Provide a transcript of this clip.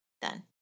done